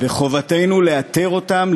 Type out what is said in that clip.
וחובתנו לאתר אותן,